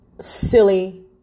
silly